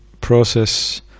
process